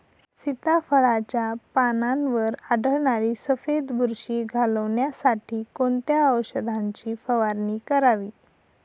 सीताफळाचे पानांवर आढळणारी सफेद बुरशी घालवण्यासाठी कोणत्या औषधांची फवारणी करावी?